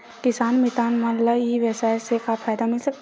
किसान मितान मन ला ई व्यवसाय से का फ़ायदा मिल सकथे?